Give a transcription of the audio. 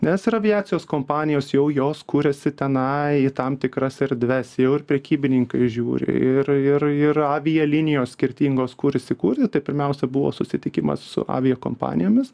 nes ir aviacijos kompanijos jau jos kuriasi tenai į tam tikras erdves jau ir prekybininkai žiūri ir ir ir avialinijos skirtingos kur įsikurti tai pirmiausia buvo susitikimas su aviakompanijomis